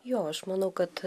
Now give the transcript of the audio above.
jo aš manau kad